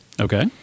Okay